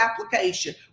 application